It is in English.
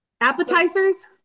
appetizers